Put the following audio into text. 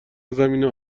زمینه